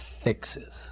fixes